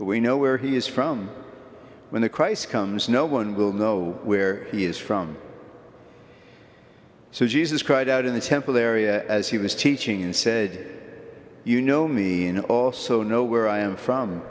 we know where he is from when the christ comes no one will know where he is from so jesus cried out in the temple area as he was teaching and said you know me and also know where i am from